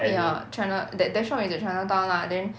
ya china that that shop is at chinatown lah then